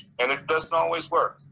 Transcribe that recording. and it doesn't always work.